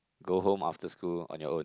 go home after school on your own